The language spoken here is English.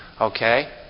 Okay